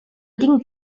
tinc